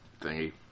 thingy